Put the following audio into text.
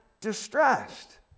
distressed